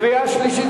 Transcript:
קריאה שלישית.